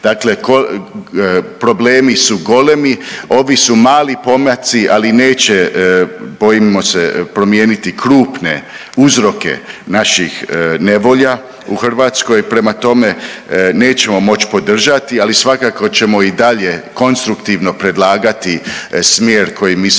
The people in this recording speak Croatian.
Dakle, problemi su golemi. Ovo su mali pomaci, ali neće bojimo se promijeniti krupne uzroke naših nevolja u Hrvatskoj. Prema tome, nećemo moći podržati, ali svakako ćemo i dalje konstruktivno predlagati smjer kojim